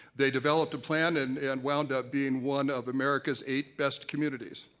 they developed a plan and and wound up being one of america's eight best communities.